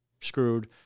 screwed